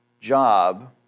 job